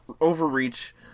overreach